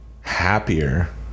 happier